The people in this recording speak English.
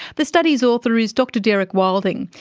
the study's author is dr derek wilding,